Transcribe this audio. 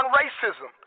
racism